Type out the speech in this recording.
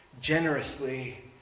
generously